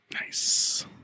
Nice